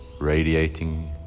radiating